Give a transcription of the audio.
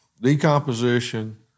Decomposition